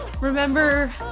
Remember